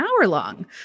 hour-long